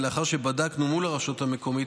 לאחר שבדקנו מול הרשות המקומית,